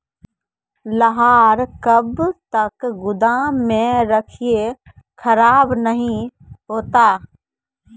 लहार कब तक गुदाम मे रखिए खराब नहीं होता?